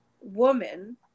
woman